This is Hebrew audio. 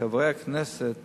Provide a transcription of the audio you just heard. חברי הכנסת